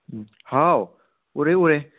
ꯍꯥꯎ ꯎꯔꯦ ꯎꯔꯦ